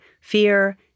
fear